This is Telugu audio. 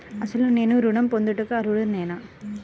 అసలు నేను ఋణం పొందుటకు అర్హుడనేన?